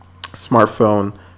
smartphone